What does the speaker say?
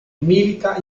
milita